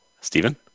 Stephen